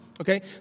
okay